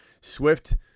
Swift